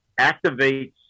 activates